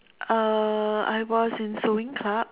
uh I was in sewing club